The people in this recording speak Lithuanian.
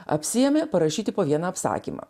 apsiėmė parašyti po vieną apsakymą